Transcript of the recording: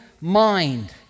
mind